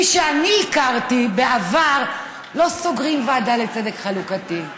מי שאני הכרתי בעבר לא סוגרים ועדה לצדק חלוקתי,